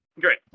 great